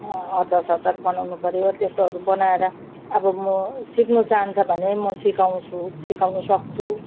अचार सचार बनाउनु पऱ्यो त्यस्तोहरू बनाएर अब म सिक्नु चाहन्छ भने म सिकाउँछु सिकाउनु सक्छु